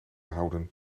houden